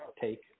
take